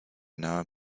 nahe